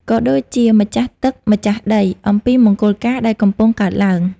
ក៏ដូចជាម្ចាស់ទឹកម្ចាស់ដីអំពីមង្គលការដែលកំពុងកើតឡើង។